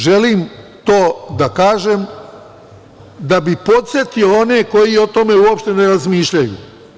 Želim to da kažem da bih podsetio one koji o tome uopšte ne razmišljaju.